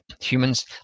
humans